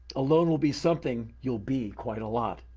alone will be something you'll be quite a lot.